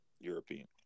European